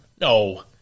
No